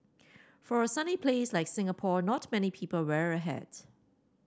for a sunny place like Singapore not many people wear a hat